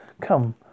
Come